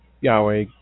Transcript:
yahweh